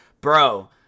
bro